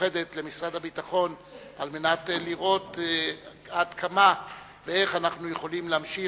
למשרד הביטחון על מנת לראות עד כמה ואיך אנחנו יכולים להמשיך